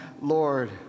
Lord